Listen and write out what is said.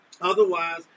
Otherwise